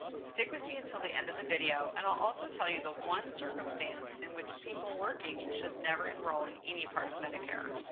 stick with me until the end of the video, and i'll also tell you the one circumstance in which people working should never enroll in any part of medicare.